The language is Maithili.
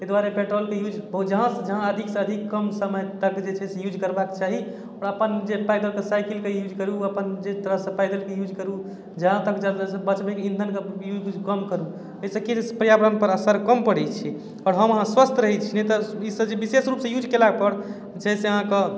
अइ दुआरे पेट्रोलके यूज बहुत जहाँसँ अधिकसँ अधिक कम समय तक जे छै से यूज करबाक चाही आओर अपन जे पैदलके साइकिलके यूज करू अपन जाहि तरहसँ पैदलके यूज करू जहाँ तक जड़बै बचबैके ईन्धनके यूज कम करू अइसँ कि हेतै पर्यावरणपर असर कम पड़ै छै आओर हम अहाँ स्वस्थ रहै छी नहि तऽ ई सभ जे विशेष रूपसँ यूज केलापर छै से अहाँके